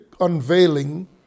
unveiling